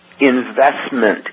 investment